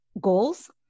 goals